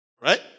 Right